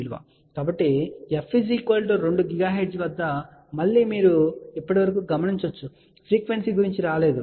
కాబట్టి f 2 GHz వద్ద మళ్ళీ మీరు ఇప్పటి వరకు గమనించవచ్చు ఫ్రీక్వెన్సీ గురించి రాలేదు